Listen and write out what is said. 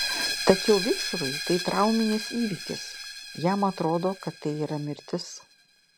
tačiau vikšrui tai trauminis įvykis jam atrodo kad tai yra mirtis